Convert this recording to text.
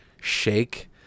shake